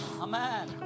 Amen